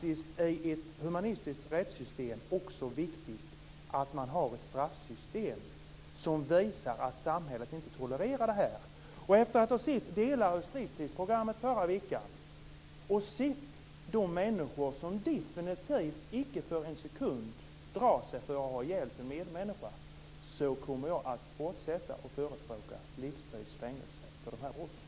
I ett humanistiskt rättssystem är det faktiskt också viktigt att man har ett straffsystem som visar att samhället inte tolererar detta. Efter att ha sett delar av Stripteaseprogrammet förra veckan och sett de människor som definitivt inte för en sekund drar sig för att ha ihjäl sin medmänniska, kommer jag att fortsätta att förespråka livstids fängelse för de här brotten.